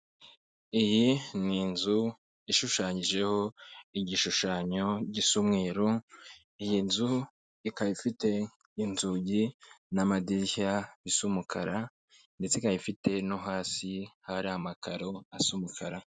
Iyi ni inzu ishushanyijeho igishushanyo gisa umweru, iyi nzu ikaba ifite inzugi n'amadirishya bisa umukara, ndetse ika ifite no hasi hari amakaro asa umukara.